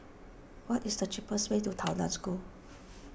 what is the cheapest way to Tao Nan School